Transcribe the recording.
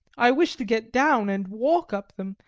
i wished to get down and walk up them,